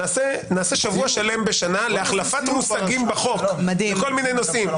נעשה שבוע שלם בשנה להחלפת מושגים בחוק בכל מיני נושאים.